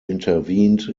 intervened